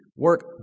Work